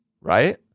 Right